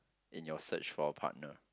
in your search for a partner